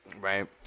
Right